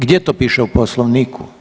Gdje to piše u Poslovniku?